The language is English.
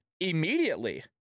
immediately